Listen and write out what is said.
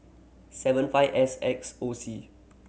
seven five S X O C